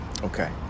okay